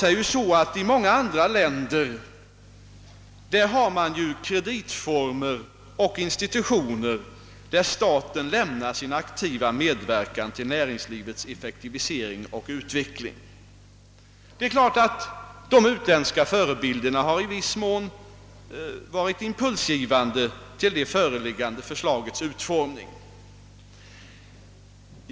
I många andra länder har man ju kreditformer och institutioner genom vilka staten lämnar sin aktiva medverkan till näringslivets effektivisering och utveckling, och de utländska förebilderna har självfallet i viss mån varit impulsgivande vid det föreliggande förslagets utformning. Herr talman!